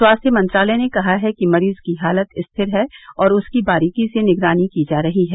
स्वास्थ्य मंत्रालय ने कहा है कि मरीज की हालत स्थिर है और उसकी बारीकी से निगरानी की जा रही है